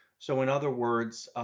so in other words,